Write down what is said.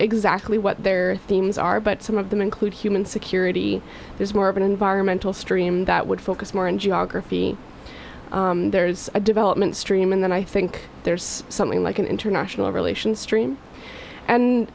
exactly what their themes are but some of them include human security there's more of an environmental stream that would focus more on geography there's a development stream and then i think there's something like an international relations stream and